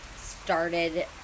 started